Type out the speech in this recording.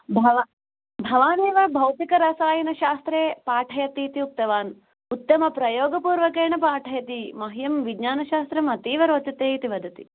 भवान् भवान् एव भौतिकरसायन शास्त्रे पाठयति इति उक्तवान् उत्तमप्रयोगपूर्वकेण पाठयति मह्यं विज्ञानशास्त्रम् अतीव रोचते इति वदति